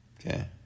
Okay